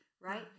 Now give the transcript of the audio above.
Right